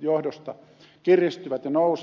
johdosta kiristyvät ja nousevat